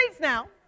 now